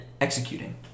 executing